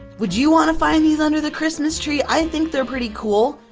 would you want to find these under the christmas tree? i think they are pretty cool.